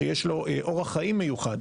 שיש לו אורח חיים מיוחד.